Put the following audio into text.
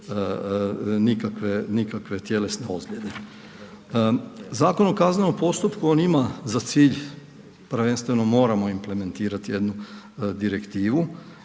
nikakve tjelesne ozljede. Zakon o kaznenom postupku on ima za cilj prvenstveno moramo implementirati jednu direktivu